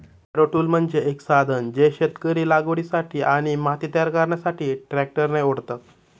Harrow tool म्हणजे एक साधन जे शेतकरी लागवडीसाठी आणि माती तयार करण्यासाठी ट्रॅक्टरने ओढतात